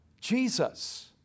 Jesus